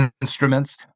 instruments